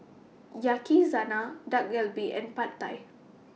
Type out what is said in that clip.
Dak Galbi and Pad Thai